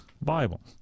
Bible